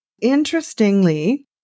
Interestingly